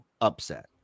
upset